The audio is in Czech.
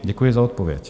Děkuji za odpověď.